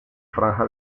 franja